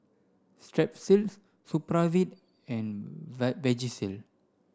Strepsils Supravit and Vagisil